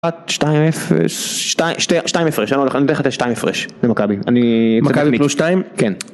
1, 2, 0, 2, 2 הפרש, אני נותן לך את ה-2 הפרש, למכבי, אני.. למכבי פלוס 2? כן